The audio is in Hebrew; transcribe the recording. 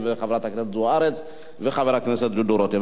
וחברת הכנסת זוארץ וחבר הכנסת דודו רותם.